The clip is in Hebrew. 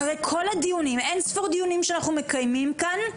אחרי אין ספור דיונים שאנחנו מקיימים כאן,